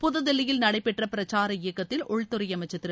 புதுதில்லியில் நடைபெற்ற பிரச்சார இயக்கத்தில் உள்துறை அமைச்சர் திரு